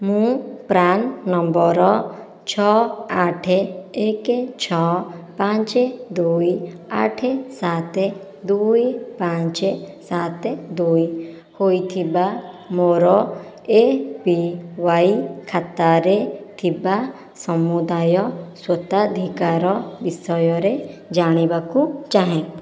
ମୁଁ PRAN number ଛଅ ଆଠ ଏକ ଛଅ ପାଞ୍ଚ ଦୁଇ ଆଠ ସାତ ଦୁଇ ପାଞ୍ଚ ସାତ ଦୁଇ ହୋଇଥିବା ମୋର ଏ ପି ୱାଇ ଖାତାରେ ଥିବା ସମୁଦାୟ ସ୍ଵତଧିକ ସ୍ରୋତ ବିଷୟରେ ଜାଣିବାକୁ ଚାହେଁ